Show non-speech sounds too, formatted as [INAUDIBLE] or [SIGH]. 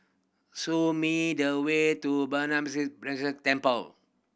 show me the way to Burmese [UNINTELLIGIBLE] Temple